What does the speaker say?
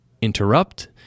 interrupt